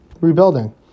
rebuilding